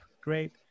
great